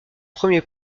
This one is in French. premier